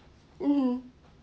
mmhmm